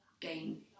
gain